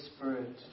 Spirit